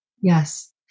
Yes